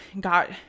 got